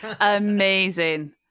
amazing